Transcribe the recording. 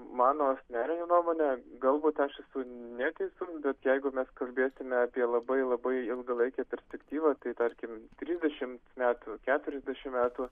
mano asmenine nuomone galbūt aš esu neteisus bet jeigu mes kalbėtume apie labai labai ilgalaikę perspektyvą tai tarkim trisdešimt metų keturiasdešimt metų